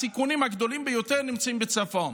הסיכונים הגדולים ביותר נמצאים בצפון.